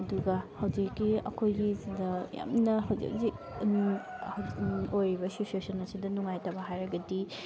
ꯑꯗꯨꯒ ꯍꯧꯖꯤꯛꯀꯤ ꯑꯩꯈꯣꯏꯒꯤꯁꯤꯗ ꯌꯥꯝꯅ ꯍꯧꯖꯤꯛ ꯍꯧꯖꯤꯛ ꯑꯣꯏꯔꯤꯕ ꯁꯤꯆꯨꯋꯦꯁꯟ ꯑꯁꯤꯗ ꯅꯨꯡꯉꯥꯏꯇꯕ ꯍꯥꯏꯔꯒꯗꯤ